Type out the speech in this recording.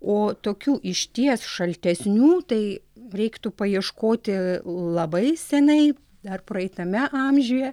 o tokių išties šaltesnių tai reiktų paieškoti labai senai dar praeitame amžiuje